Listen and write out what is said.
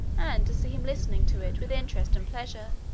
and to see him listening to it with interest and pleasure,